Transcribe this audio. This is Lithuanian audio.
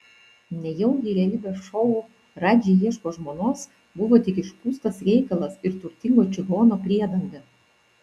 nejaugi realybės šou radži ieško žmonos buvo tik išpūstas reikalas ir turtingo čigono priedanga